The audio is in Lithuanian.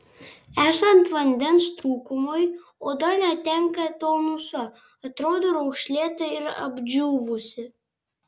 esant vandens trūkumui oda netenka tonuso atrodo raukšlėta ir apdžiūvusi